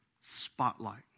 spotlight